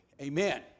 Amen